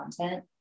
content